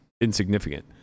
insignificant